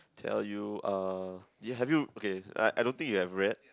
tell you uh do you have you okay I I don't think you have read